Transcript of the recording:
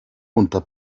unter